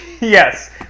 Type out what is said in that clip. yes